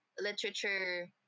literature